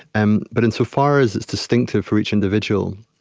and but insofar as it's distinctive for each individual,